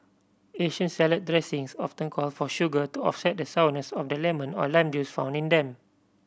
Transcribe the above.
Asian salad dressings often call for sugar to offset the sourness of the lemon or lime juice found in them